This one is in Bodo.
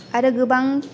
आरो गोबां